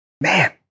man